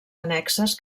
annexes